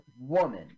woman